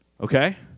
Okay